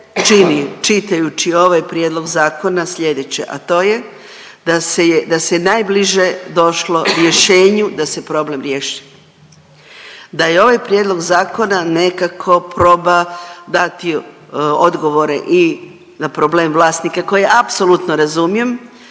čitajući ovaj prijedlog zakona slijedeće, a to je da se je, da se najbliže došlo rješenju da se problem riješi. Da je ovaj prijedlog zakona nekako proba dati odgovore i na problem vlasnika koje apsolutno razumijem,